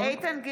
(קוראת בשם חבר הכנסת) איתן גינזבורג,